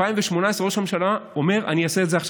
וב-2018 ראש הממשלה אומר: אני אעשה את זה עכשיו.